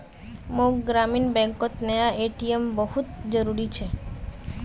मोक ग्रामीण बैंकोक नया ए.टी.एम बहुत जरूरी छे